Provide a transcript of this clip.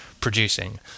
producing